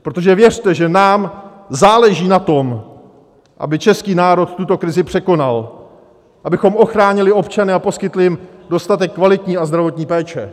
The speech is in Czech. Protože věřte, že nám záleží na tom, aby český národ tuto krizi překonal, abychom ochránili občany a poskytli jim dostatek kvalitní a zdravotní péče.